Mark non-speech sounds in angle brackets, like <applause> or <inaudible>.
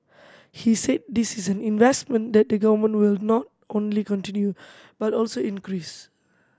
he said this is an investment that the Government will not only continue <noise> but also increase